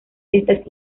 estas